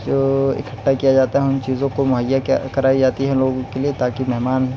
تو اکٹھا کیا جاتا ہے ان چیزوں کو مہیا کرائی جاتی ہے ان لوگوں کے لیے تاکہ مہمان